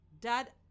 dad